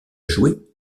joués